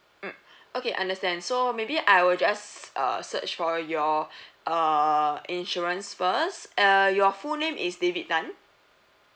mm okay understand so maybe I will just err search for your err insurance first err your full name is david tan